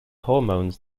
hormones